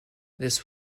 this